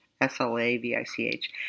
S-L-A-V-I-C-H